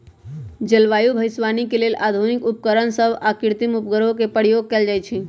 जलवायु भविष्यवाणी के लेल आधुनिक उपकरण सभ आऽ कृत्रिम उपग्रहों के प्रयोग कएल जाइ छइ